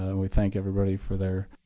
and we thank everybody for their